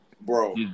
bro